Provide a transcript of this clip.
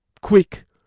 quick